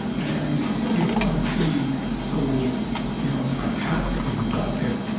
and you know you don't want to be so you know fantastically reductive,